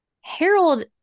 Harold